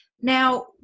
now